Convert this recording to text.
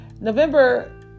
November